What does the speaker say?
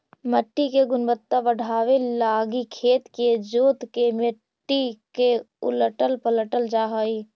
मट्टी के गुणवत्ता बढ़ाबे लागी खेत के जोत के मट्टी के उलटल पलटल जा हई